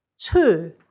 Two